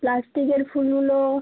প্লাস্টিকের ফুলগুলো